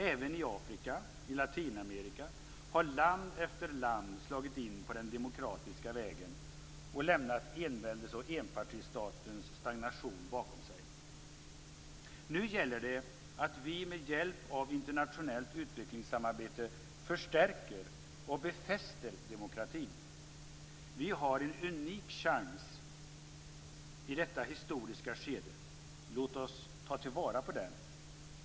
Även i Afrika och Latinamerika har land efter land slagit in på den demokratiska vägen och lämnat enväldes och enpartistatens stagnation bakom sig. Nu gäller det att vi med hjälp av internationellt utvecklingssamarbete förstärker och befäster demokratin. Vi har en unik chans i detta historiska skede. Låt oss ta vara på den!